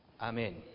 Amen